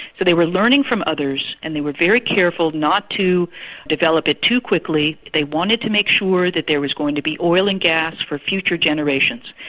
so they were learning from others and they were very careful not to develop it too quickly. they wanted to make sure that there was going to be oil and gas for future generations.